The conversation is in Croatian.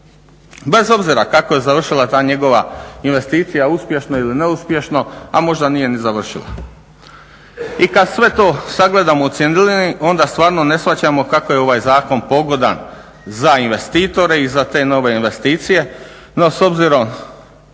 Bez obzira kako je završila ta njegova investicija uspješno ili neuspješno a možda nije ni završila. I kad sve to sagledamo u cjelini onda stvarno ne shvaćamo kako je ovaj zakon pogodan za investitore i za te nove investicije, no s obzirom